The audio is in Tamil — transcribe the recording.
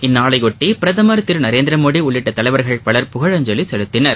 இந்நாளைபொட்டி பிரதமர் திரு நரேந்திர மோடி உட்பட தலைவர்கள் பலர் புகழஞ்சலி செலுத்தினர்